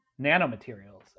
nanomaterials